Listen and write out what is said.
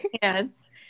pants